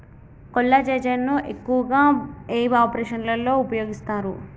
కొల్లాజెజేని ను ఎక్కువగా ఏ ఆపరేషన్లలో ఉపయోగిస్తారు?